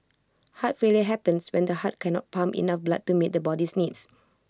heart failure happens when the heart can not pump enough blood to meet the body's needs